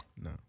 No